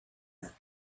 are